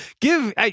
Give